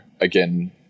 again